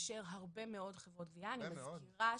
גברת קניזו,